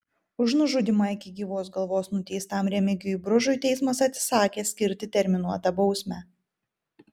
už nužudymą iki gyvos galvos nuteistam remigijui bružui teismas atsisakė skirti terminuotą bausmę